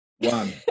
one